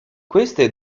queste